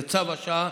זה צו השעה,